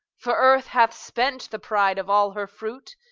for earth hath spent the pride of all her fruit,